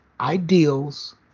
ideals